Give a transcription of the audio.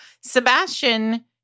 Sebastian